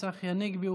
צחי הנגבי,